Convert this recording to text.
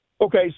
Okay